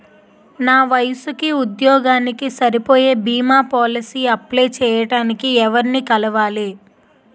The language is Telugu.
నా వయసుకి, ఉద్యోగానికి సరిపోయే భీమా పోలసీ అప్లయ్ చేయటానికి ఎవరిని కలవాలి?